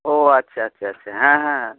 ও আচ্ছা আচ্ছা আচ্ছা হ্যাঁ হ্যাঁ